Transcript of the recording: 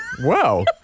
Wow